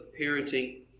parenting